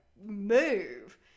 move